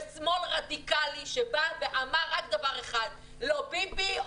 ושמאל רדיקלי שאמר רק דבר אחד: לא ביבי.